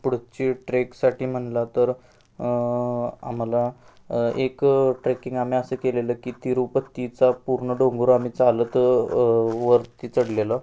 पुढची ट्रेकसाठी म्हणलात तर आम्हाला एक ट्रेकिंग आम्ही असं केलेलं की तिरूपतीचा पूर्ण डोंगर आम्ही चालत वरती चढलेलं